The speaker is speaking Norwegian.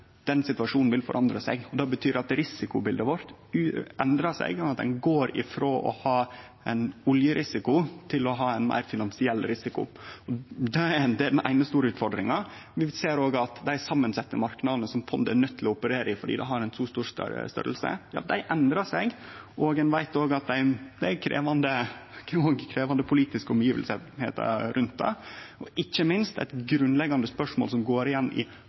Den situasjonen vil forandre seg. Det betyr at risikobiletet vårt endrar seg, og at ein går frå å ha ein oljerisiko til å ha ein meir finansiell risiko. Det er den eine store utfordringa. Men vi ser òg at dei samansette marknadene som fondet er nøydd til å operere i fordi det er så stort, ja, dei endrar seg. Ein veit òg at det er krevjande politiske omgivnader rundt det. Og ikkje minst er det eit grunnleggjande spørsmål som går igjen i